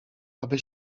aby